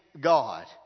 God